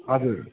हजुर